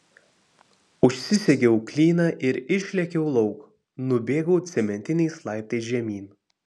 užsisegiau klyną ir išlėkiau lauk nubėgau cementiniais laiptais žemyn